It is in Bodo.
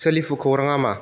सोलिफु खौराङा मा